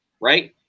right